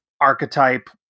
archetype